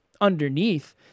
underneath